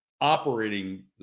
operating